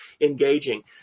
engaging